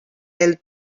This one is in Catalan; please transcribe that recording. del